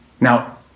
Now